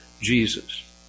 Jesus